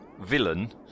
villain